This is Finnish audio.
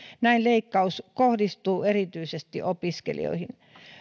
näin leikkaus kohdistuu erityisesti opiskelijoihin